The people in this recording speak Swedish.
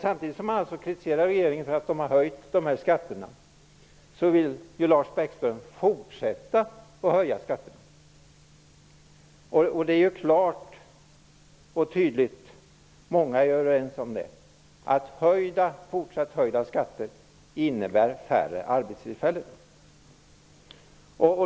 Samtidigt som Lars Bäckström kritiserar regeringen för att ha höjt skatterna, vill han fortsätta att höja skatterna. Vi är ju många som är överens om att fortsatt höjda skatter innebär färre arbetstillfällen.